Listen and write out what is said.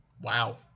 Wow